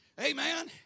Amen